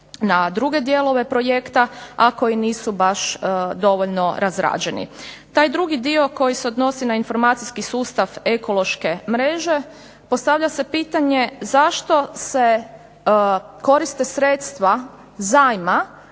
na druge dijelove projekta, a koji nisu baš dovoljno razrađeni. Taj drugi dio koji se odnosi na informacijski sustav ekološke mreže postavlja se pitanje zašto se koriste sredstva zajma